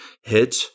hit